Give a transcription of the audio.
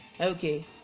okay